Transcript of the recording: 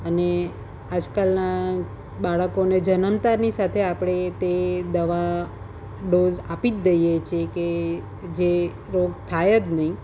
અને આજકાલનાં બાળકોને જન્મતાની સાથે આપણે તે દવા ડોઝ આપી જ દઈએ છીએ કે જે રોગ થાય જ નહીં